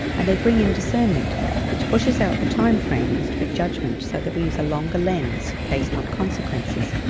and they bring in discernment which pushes out the timeframe used for judgement so that we use a longer lens based on consequences.